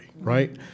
right